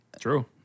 True